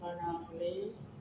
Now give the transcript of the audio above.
होणावले